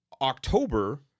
October